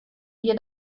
wir